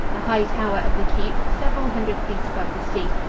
the high tower of the keep, several hundred feet above the sea,